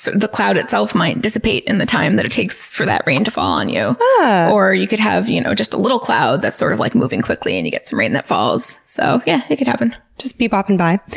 so the cloud itself might dissipate in the time that it takes for that rain to fall on you. but or you could have you know just a little cloud that's, sort of like, moving quickly and you get some rain that falls. so yeah, it can happen. just be-boppin' by.